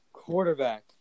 Quarterback